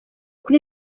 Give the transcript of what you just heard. kuri